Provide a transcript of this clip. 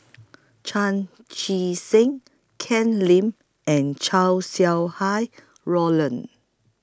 Chan Chee Seng Ken Lim and Chow Sau Hai Roland